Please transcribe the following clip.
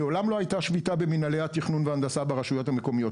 מעולם לא הייתה שביתה במנהלי התכנון וההנדסה ברשויות המקומיות,